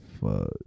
Fuck